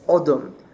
Adam